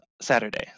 Saturday